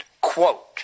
Quote